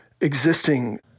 existing